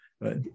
right